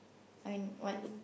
I mean what